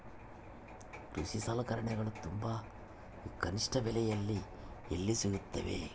ಕೃಷಿ ಸಲಕರಣಿಗಳು ತುಂಬಾ ಕನಿಷ್ಠ ಬೆಲೆಯಲ್ಲಿ ಎಲ್ಲಿ ಸಿಗುತ್ತವೆ?